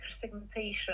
segmentation